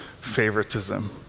favoritism